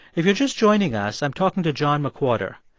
if you're just joining us, i'm talking to john mcwhorter.